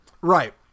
Right